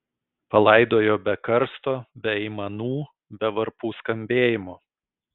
palaidojo be karsto be aimanų be varpų skambėjimo